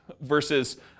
Versus